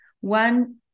One